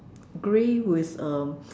grey with um